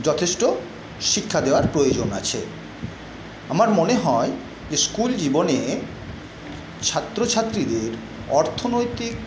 যথেষ্ট শিক্ষা দেওয়ার প্রয়োজন আছে আমার মনে হয় যে স্কুল জীবনে ছাত্রছাত্রীদের অর্থনৈতিক